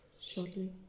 shortly